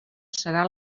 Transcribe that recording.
serà